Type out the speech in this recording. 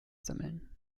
sammeln